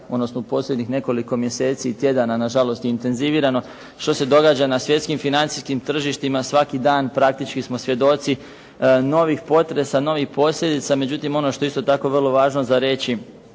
odnosno u posljednjih nekoliko mjeseci i tjedana na žalost i intenzivirano što se događa na svjetskim financijskim tržištima. Svaki dan praktički smo svjedoci novih potresa, novih posljedica. Međutim, ono što je isto tako vrlo važno za reći